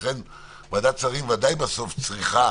לכן, ועדת שרים ודאי בסוף צריכה